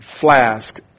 flask